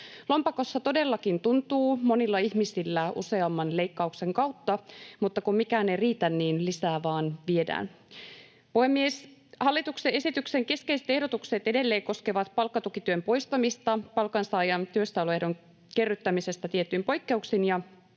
Lompakossa todellakin tuntuu monilla ihmisillä useamman leikkauksen kautta, mutta kun mikään ei riitä, niin lisää vaan viedään. Puhemies! Hallituksen esityksen keskeiset ehdotukset edelleen koskevat palkkatukityön poistamista palkansaajan työssäoloehdon kerryttämisestä tietyin poikkeuksin ja